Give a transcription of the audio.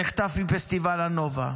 הפאב השומם בהיעדרו,